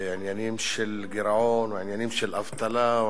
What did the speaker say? בעניינים של גירעון או עניינים של אבטלה או